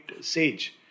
sage